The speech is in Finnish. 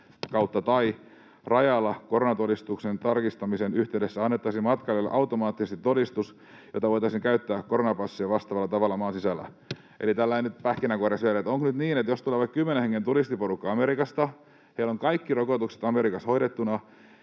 rajalla koronatodistuksen tarkistamisen yhteydessä matkailijoille automaattisesti todistus, jota voitaisiin käyttää koronapassia vastaavalla tavalla maan sisällä. Eli nyt pähkinänkuoressa vielä: onko nyt niin, että jos tulee vaikka kymmenen hengen turistiporukka Amerikasta ja heillä on kaikki rokotukset Amerikassa hoidettuna,